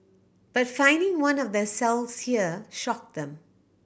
but finding one of their cells here shocked them